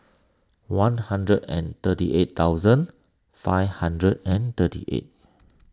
one hundred and thirty eight thousand five hundred and thirty eight